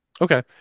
Okay